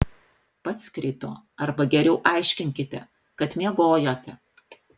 pats krito arba geriau aiškinkite kad miegojote